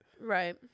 Right